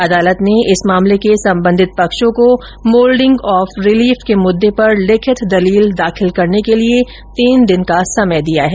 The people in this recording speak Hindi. अदालत ने इस मामले के संबंधित पक्षों को मोल्डिंग ऑफ रिलीफ के मुददे पर लिखित दलील दाखिल करने के लिए तीन दिन का समय दिया है